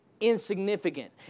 insignificant